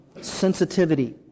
sensitivity